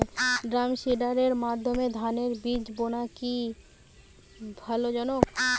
ড্রামসিডারের মাধ্যমে ধানের বীজ বোনা কি লাভজনক?